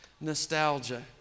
nostalgia